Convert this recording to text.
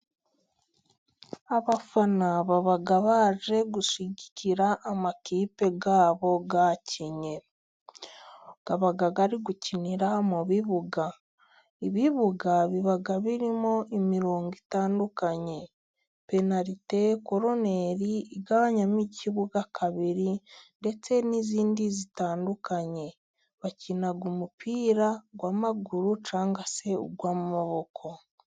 Abafana baba baje gushyigikira amakipe yabo yakinnye. baba bari gukinira mu bibuga， ibibuga biba birimo imirongo itandukanye， penarite，koruneri，igabanyamo ikibuga kabiri，ndetse n'izindi zitandukanye. Bakina umupira w'amaguru， cyangwa se uwa'amaboko.